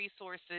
resources